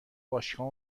باشگاه